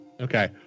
Okay